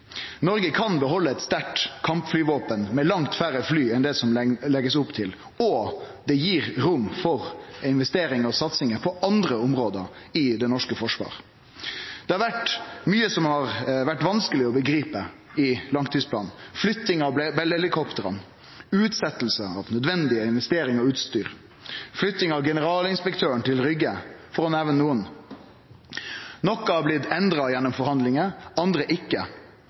Noreg kan behalde eit sterkt kampflyvåpen med langt færre fly enn det blir lagt opp til, og det gir rom for investering og satsingar på andre område i det norske forsvaret. Det har vore mykje som har vore vanskeleg å begripe i langtidsplanen: flytting av Bell-helikoptera, utsetjing av nødvendige investeringar i utstyr og flytting av generalinspektøren til Rygge, for å nemne noko. Noko har blitt endra gjennom forhandlingane, anna ikkje.